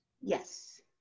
yes